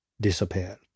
disappeared